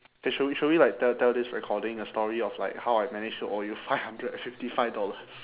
!hey! should w~ should we like te~ tell this recording a story of like how I managed to owe you five hundred and fifty five dollars